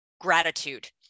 gratitude